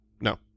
No